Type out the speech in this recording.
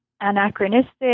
anachronistic